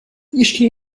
ještě